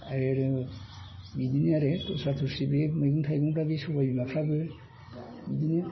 आरो बिदिनो आरो दस्रा दस्रि बे मैगं थाइगंब्ला बे सबायबिमाफ्राबो बिदिनो